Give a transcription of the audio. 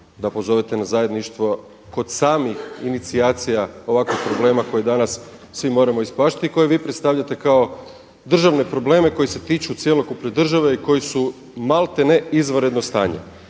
da pozovete na zajedništvo kod samih inicijacija ovakvih problema koje danas svi moramo ispaštati i koje vi predstavljate kao državne probleme koji se tiču cjelokupne države i koji su maltene izvanredno stanje.